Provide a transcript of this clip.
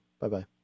Bye-bye